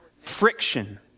friction